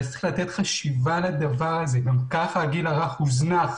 לתת חשיבה לדבר הזה, גם ככה הגיל הרך הוזנח.